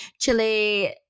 chili